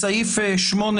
בסעיף 8,